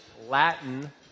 Latin